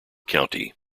county